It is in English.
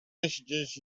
messages